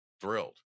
thrilled